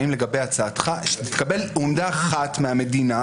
האם לגבי הצעתך שתתקבל אומדה אחת מהמדינה,